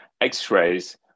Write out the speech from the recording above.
x-rays